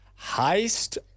Heist